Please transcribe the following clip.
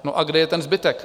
No a kde je ten zbytek?